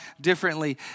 differently